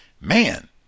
man